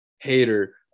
hater